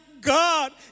God